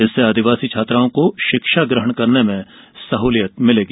इससे आदिवासी छात्राओं को शिक्षा ग्रहण में सहुलियत होगी